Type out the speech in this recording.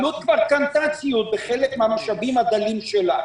אלו"ט כבר קנתה ציוד בחלק מן המשאבים הדלים שלה.